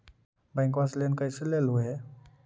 बैंकवा से लेन कैसे लेलहू हे?